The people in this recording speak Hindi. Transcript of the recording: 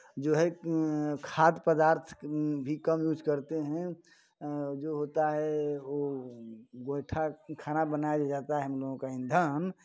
जो है खाद पदार्थ भी कम यूज़ करते हैं जो होता है गोइठा खाना बनाया जाता है हम लोगों का ईंधन